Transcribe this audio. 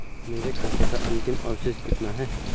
मेरे खाते का अंतिम अवशेष कितना है?